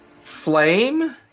flame